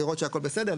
לראות שהכול בסדר,